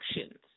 actions